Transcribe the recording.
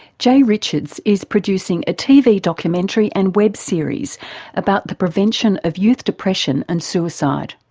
jay richards is producing a tv documentary and web series about the prevention of youth depression and suicide.